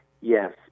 Yes